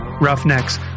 roughnecks